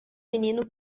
menino